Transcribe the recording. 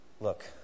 Look